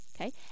okay